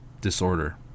disorder